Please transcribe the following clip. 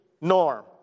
norm